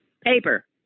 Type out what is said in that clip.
paper